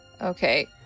Okay